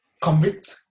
convict